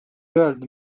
öelda